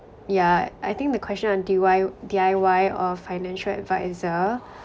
yeah I think the question on D_Y D_I_Y or financial advisor